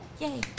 Yay